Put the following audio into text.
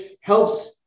helps